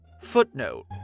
Footnote